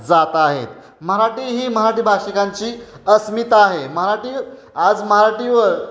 जात आहेत मराठी ही मराठी भाषिकांची अस्मिता आहे मराठी आज मराठीवर